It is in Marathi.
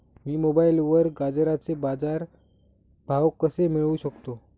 मी मोबाईलवर गाजराचे बाजार भाव कसे मिळवू शकतो?